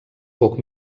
poc